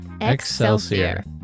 Excelsior